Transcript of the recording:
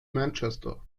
manchester